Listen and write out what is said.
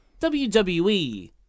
WWE